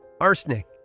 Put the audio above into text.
arsenic